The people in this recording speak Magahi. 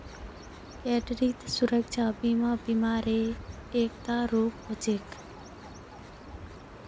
क्रेडित सुरक्षा बीमा बीमा र एकता रूप छिके